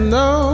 no